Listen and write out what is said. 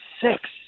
six